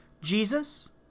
Jesus